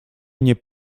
mnie